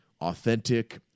authentic